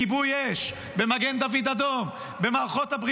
בלי קשר לאמונתם -- חבר הכנסת פורר